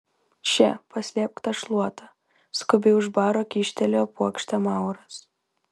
še paslėpk tą šluotą skubiai už baro kyštelėjo puokštę mauras